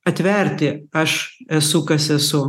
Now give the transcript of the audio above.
atverti aš esu kas esu